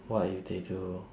what if they do